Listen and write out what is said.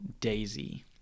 Daisy